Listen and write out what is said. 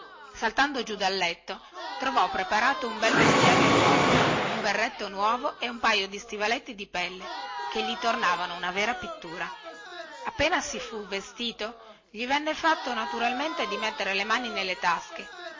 saltando giù dal letto trovò preparato un bel vestiario nuovo un berretto nuovo e un paio di stivaletti di pelle che gli tornavano una vera pittura appena si fu vestito gli venne fatto naturalmente di mettere la mani nelle tasche